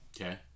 Okay